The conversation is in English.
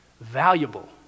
valuable